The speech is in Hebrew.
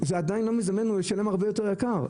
הוא עדיין לא מזדמן, הוא משלם הרבה יותר יקר.